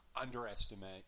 underestimate